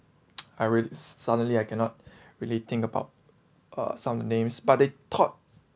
I really s~ suddenly I cannot really think about uh some names but they thought